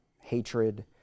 hatred